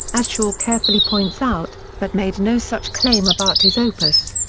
as shaw carefully points out, but made no such claim about his opus.